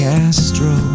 Castro